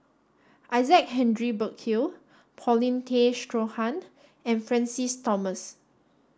Isaac Henry Burkill Paulin Tay Straughan and Francis Thomas